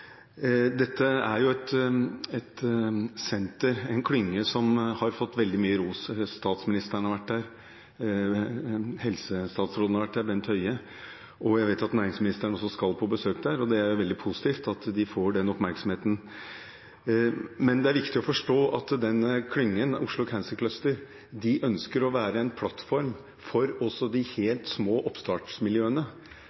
Dette er et senter, en klynge, som har fått veldig mye ros. Statsministeren har vært der, helsestatsråd Bent Høie har vært der, og jeg vet at næringsministeren også skal på besøk der, og det er veldig positivt at de får den oppmerksomheten. Men det er viktig å forstå at denne klyngen, Oslo Cancer Cluster, ønsker å være en plattform for også de